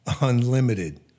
Unlimited